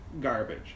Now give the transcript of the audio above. garbage